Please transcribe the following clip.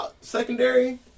secondary